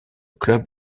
club